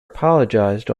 apologized